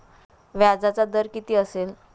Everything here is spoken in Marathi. व्याजाचा दर किती असेल?